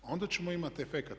Onda ćemo imati efekat.